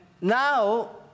now